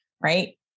right